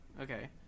Okay